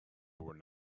were